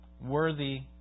worthy